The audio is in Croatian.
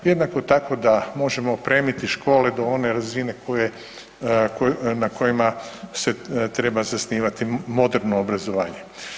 Jednako tako, da možemo opremiti škole do one razine koje, na kojima se treba zasnivati moderno obrazovanje.